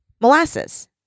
molasses